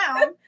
down